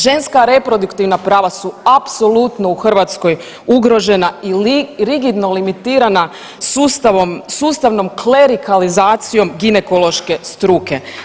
Ženska reproduktivna prava su apsolutno u Hrvatskoj ugrožena i rigidno limitirana s ustavnom klerikalizacijom ginekološke struke.